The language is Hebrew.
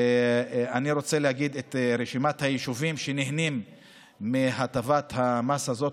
אני רוצה להגיד את רשימת היישובים שנהנים מהטבת המס הזאת,